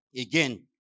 Again